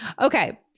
Okay